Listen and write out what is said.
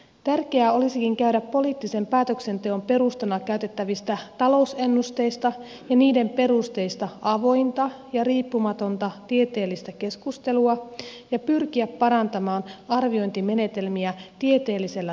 tärkeää olisikin käydä poliittisen päätöksenteon perustana käytettävistä talousennusteista ja niiden perusteista avointa ja riippumatonta tieteellistä keskustelua ja pyrkiä parantamaan arviointimenetelmiä tieteellisellä tutkimuksella